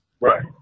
Right